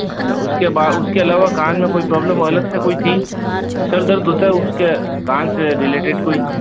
अच्छा उसके बा उसके अलावा कान में कोई प्रॉब्लम अलग से कोई थी सर दर्द होता है उसके कान से रिलेटेड कोई